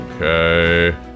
okay